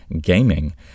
gaming